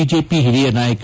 BJP ಹಿರಿಯ ನಾಯಕ